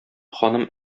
ханым